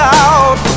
out